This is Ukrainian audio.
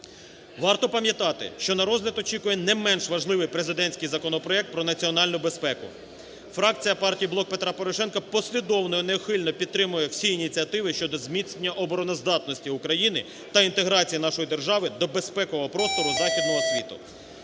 Варто пам'ятати, що на розгляд очікує не менш важливий президентський законопроект про національну безпеку. Фракція партії "Блок Петра Порошенка" послідовно і неухильно підтримує всі ініціативи щодо зміцнення обороноздатності України та інтеграції нашої держави до безпекового простору західного світу.